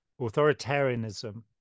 authoritarianism